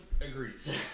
agrees